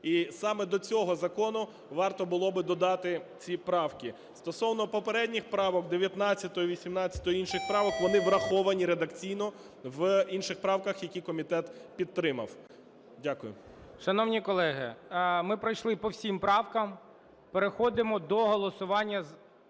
І саме до цього закону варто було би додати ці правки. Стосовно попередніх правок 19-ї, 18-ї, інших правок, вони враховані редакційно в інших правках, які комітет підтримав. Дякую. ГОЛОВУЮЧИЙ. Шановні колеги, ми пройшли по всіх правках, переходимо до голосування…